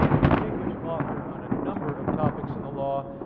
distinguished author on a number of topics in the law,